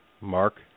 Mark